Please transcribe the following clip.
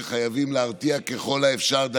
שחייבים להרתיע ככל האפשר.